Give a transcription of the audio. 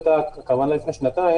זאת הייתה הכוונה לפני שנתיים,